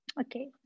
okay